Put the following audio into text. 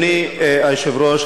אדוני היושב-ראש,